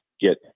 get